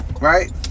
right